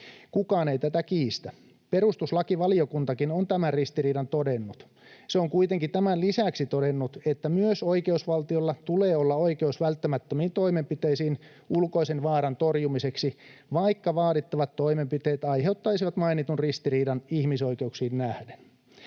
Kukaan ei tätä kiistä. Perustuslakivaliokuntakin on tämän ristiriidan todennut. Se on kuitenkin tämän lisäksi todennut, että myös oikeusvaltiolla tulee olla oikeus välttämättömiin toimenpiteisiin ulkoisen vaaran torjumiseksi, vaikka vaadittavat toimenpiteet aiheuttaisivat mainitun ristiriidan ihmisoikeuksiin nähden.